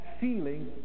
feeling